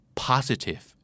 positive